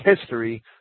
history